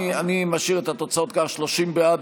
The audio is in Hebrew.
אני משאיר את התוצאות כך: 30 בעד,